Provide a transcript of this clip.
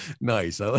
nice